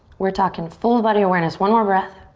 we're talking full body awareness, one more breath.